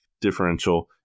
differential